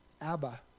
Abba